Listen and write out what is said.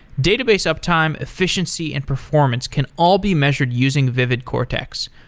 database uptime, efficiency, and performance can all be measured using vividcortex.